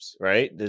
right